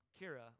Kira